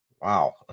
Wow